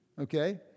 okay